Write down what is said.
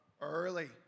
early